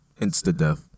insta-death